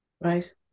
Right